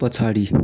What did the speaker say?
पछाडि